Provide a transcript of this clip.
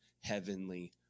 heavenly